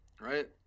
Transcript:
right